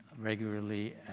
regularly